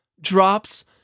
Drops